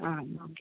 ആ ഓക്കെ